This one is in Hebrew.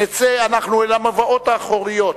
נצא אנחנו אל המבואות האחוריות,